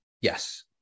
Yes